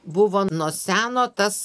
buvo nuo seno tas